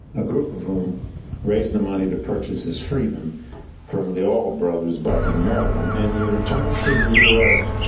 a group of whom raise the money to purchase his freedom from the auld brothers back in maryland. and he returns to the us,